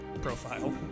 Profile